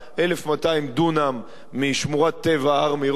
1,200 דונם משמורת טבע הר-מירון,